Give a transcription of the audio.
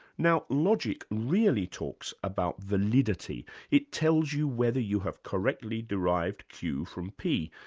now, logic really talks about validity it tells you whether you have correctly derived q from p,